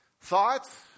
Thoughts